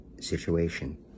situation